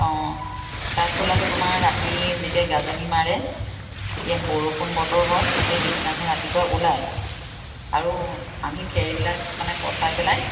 অঁ কাঠফুলাটো তোমাৰ ৰাতি যেতিয়া গাজনি মাৰে তেতিয়া বৰষুণ বতৰ হয় তেতিয়া পিছদিনাখন ৰাতিপুৱা ওলায় আৰু আমি খেৰবিলাক মানে পচাই পেলাই